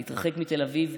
להתרחק מתל אביב.